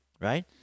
right